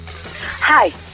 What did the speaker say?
Hi